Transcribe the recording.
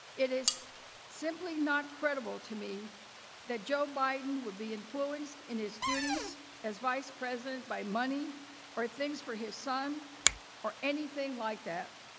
it is simply not credible to me that joe biden would be influenced in his duties as vice president by money or things for his son or anything like that,